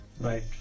Right